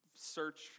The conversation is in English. search